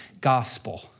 gospel